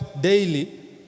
daily